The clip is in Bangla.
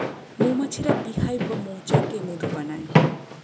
মৌমাছিরা বী হাইভ বা মৌচাকে মধু বানায়